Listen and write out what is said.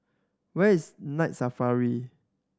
where is Night Safari